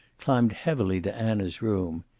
climbed heavily to anna's room.